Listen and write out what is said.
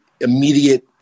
immediate